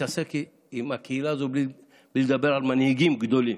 להתעסק עם הקהילה הזאת בלי לדבר על מנהיגים גדולים.